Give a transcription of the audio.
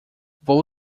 vou